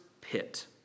pit